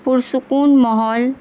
پرسکون محول